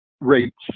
rates